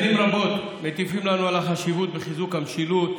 שנים רבות מטיפים לנו על החשיבות בחיזוק המשילות,